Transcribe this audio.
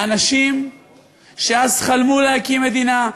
אנשים שאז חלמו להקים מדינה,